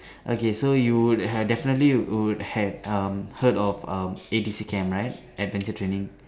okay so you would have definitely would had um heard of um A_T_C camp right adventure training